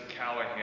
Callahan